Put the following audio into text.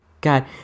God